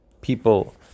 people